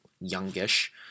youngish